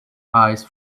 eyes